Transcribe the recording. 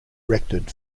erected